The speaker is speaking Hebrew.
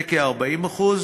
זה כ-40%.